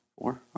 four